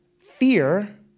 fear